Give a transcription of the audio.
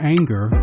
Anger